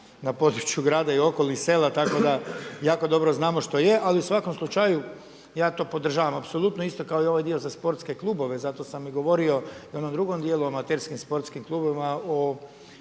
na području grada i okolnih sela tako da jako dobro znamo što je, ali u svakom slučaju ja to podržavam apsolutno isto kao i ovaj dio za sportske klubove. Zato sam i govorio i u onom dijelu o amaterskim sportskim klubovima